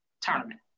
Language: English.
tournament